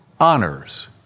honors